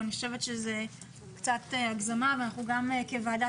אני חושבת שזאת קצת הגזמה ואנחנו כוועדה